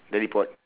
teleport